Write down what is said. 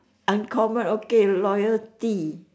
uncommon okay loyalty